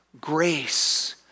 grace